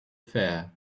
fair